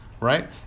Right